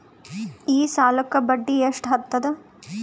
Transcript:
ಈ ಸಾಲಕ್ಕ ಬಡ್ಡಿ ಎಷ್ಟ ಹತ್ತದ?